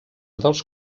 dels